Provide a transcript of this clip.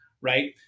right